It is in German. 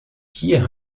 hier